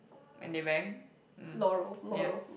when they bang um ya